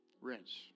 Rinse